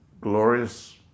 glorious